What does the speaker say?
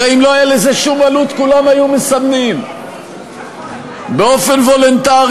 הרי אם לא הייתה לזה שום עלות כולם היו מסמנים באופן וולונטרי.